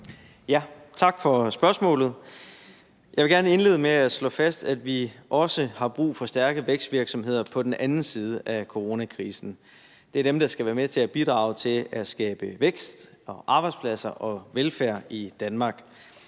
Tak for spørgsmålet. Jeg vil gerne indlede med at slå fast, at vi også har brug for stærke vækstvirksomheder på den anden side af coronakrisen. Det er dem, der skal være med til at bidrage til at skabe vækst, arbejdspladser og velfærd i Danmark.